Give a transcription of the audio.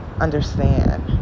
understand